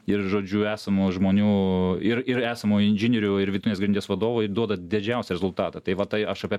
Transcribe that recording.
ir žodžiu esamų žmonių ir ir esamų inžinierių ir vidutinės grandies vadovai duoda didžiausią rezultatą tai va tai aš apie